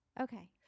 Okay